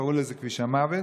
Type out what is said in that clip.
קראו לזה כביש המוות.